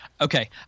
okay